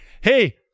hey